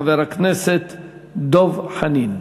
חבר הכנסת דב חנין,